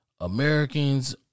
Americans